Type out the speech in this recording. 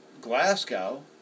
Glasgow